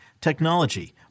technology